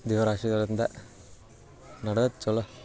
ದೇವ್ರ ಆಶೀರ್ವಾದಿಂದ ನಡ್ದೈತೆ ಚೊಲೋ